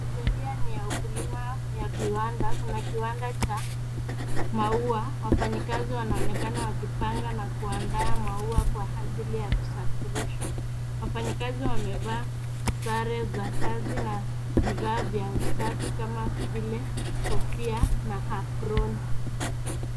Kategoria ni ya ukulima ya viwanda. Kuna kiwanda cha maua. Wafanyakazi wanaonekana wakipanga na kuandaa maua kwa ajili ya kusafirishwa. Wafanyikazi wamevaa sare za kazi na vifaa vya usafi kama vile kofia na aproni.